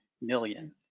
million